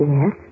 Yes